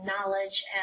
knowledge